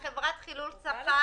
לכחול שלכם,